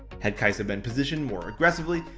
had kai'sa been positioned more aggressively,